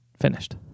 finished